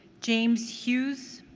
james hughes?